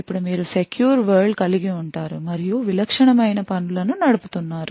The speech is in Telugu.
ఇప్పుడు మీరు సెక్యూర్ వరల్డ్ కలిగి ఉంటారు మరియు విలక్షణమైన పనులను నడుపుతున్నారు